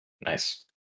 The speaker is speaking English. Nice